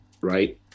right